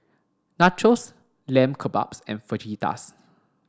Nachos Lamb Kebabs and Fajitas